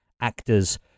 actors